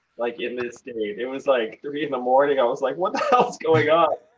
like, in this state. it was like three in the morning. i was like, what the hell is going on?